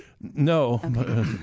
No